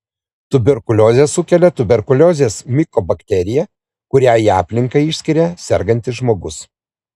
tuberkuliozę sukelia tuberkuliozės mikobakterija kurią į aplinką išskiria sergantis žmogus